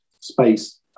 space